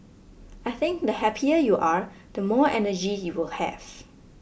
I think the happier you are the more energy you will have